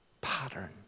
pattern